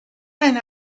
eine